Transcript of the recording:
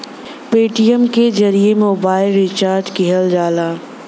Paytm के जरिए mobile recharge किहल जाला